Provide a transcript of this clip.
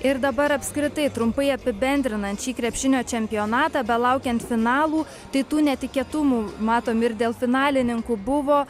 ir dabar apskritai trumpai apibendrinant šį krepšinio čempionatą belaukiant finalų tai tų netikėtumų matome ir dėl finalininkų buvo